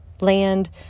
land